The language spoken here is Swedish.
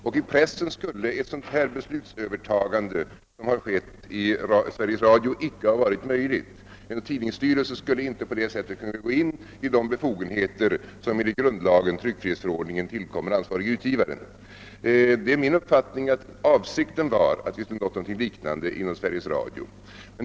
Och inom pressen skulle att sådant beslutsövertagande som nu har skett i Sveriges Radio icke ha varit möjligt. En tidningsstyrelse skulle inte på det sättet kunna gå in i de befogenheter, som enligt grundlagen, alltså tryckfrihetsförordningen, tillkommer ansvarige utgivaren. Det är min uppfattning att avsikten var att vi skulle få till stånd något liknande inom Sveriges Radio.